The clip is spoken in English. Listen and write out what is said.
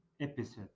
episode